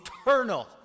eternal